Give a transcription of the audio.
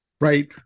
Right